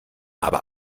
aber